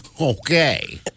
Okay